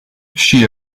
she